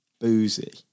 boozy